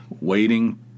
waiting